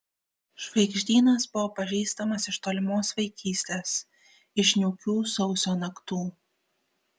žvaigždynas buvo pažįstamas iš tolimos vaikystės iš niūkių sausio naktų